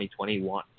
2021